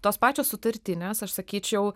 tos pačios sutartinės aš sakyčiau